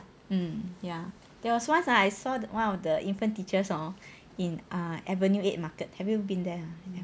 um ya there was once ah I saw one of the infant teachers hor in a avenue eight market have you been there